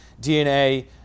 DNA